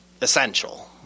essential